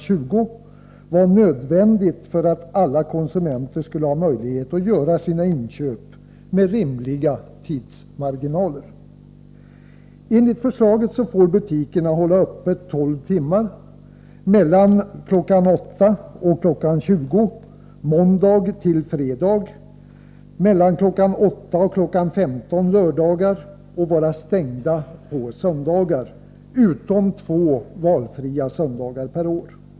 20 — var nödvändigt för att alla konsumenter skulle ha möjlighet att göra sina inköp med rimliga tidsmarginaler. 20 måndag till fredag samt mellan kl. 8 och kl. 15 lördagar. De får vara stängda på söndagar utom två valfria söndagar per år.